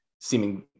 seeming